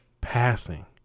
passing